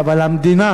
אבל המדינה,